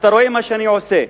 אתה רואה מה שאני עושה.